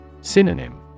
Synonym